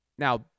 Now